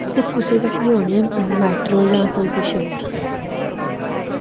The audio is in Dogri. ते कुसै कश औने मेटाडोर जां कोई कुछ होर